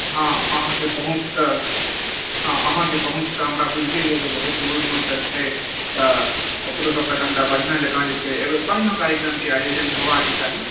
हँ अहाँके पहुँच तऽ हँ अहाँके पहुँच तऽ हमरा बुझले अछि जे बहुत दूर दूर तक छै तऽ ओकरो सभसँ कनिटा बढ़िआँ जँका जे छै से एहि बेर बढ़िआँ कार्यक्रमके आयोजन होयबाक चाही